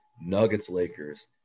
Nuggets-Lakers